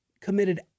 committed